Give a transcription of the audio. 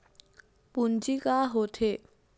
पूंजी का होथे?